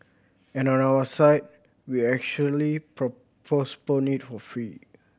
and on our side we actually propose it for free